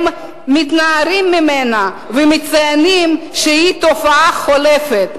הם מתנערים ממנה ומציינים שהיא תופעה חולפת.